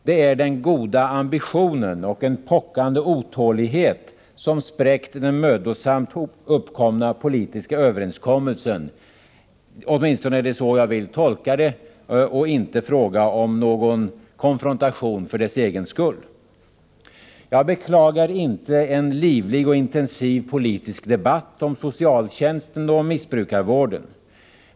Det är den goda ambitionen och en pockande otålighet som spräckt den mödosamt uppkomna politiska överenskommelsen — åtminstone är det så jag vill tolka det. Det är inte fråga om någon konfrontation för dess egen skull. Jag beklagar inte en livlig och intensiv politisk debatt om socialtjänsten och missbrukarvården.